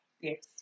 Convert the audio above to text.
yes